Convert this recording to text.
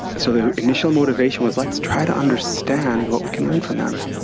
so the initial motivation was let's try to understand what we can learn from them.